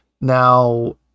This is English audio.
Now